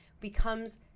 becomes